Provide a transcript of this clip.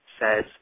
says